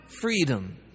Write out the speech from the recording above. freedom